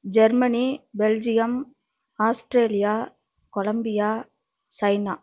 Germany Belgium Australia Columbia China